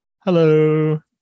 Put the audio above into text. Hello